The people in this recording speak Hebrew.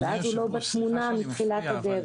ואז הוא לא בתמונה מתחילת הדרך.